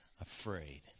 afraid